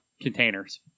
containers